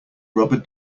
rubber